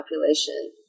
population